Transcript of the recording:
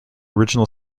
original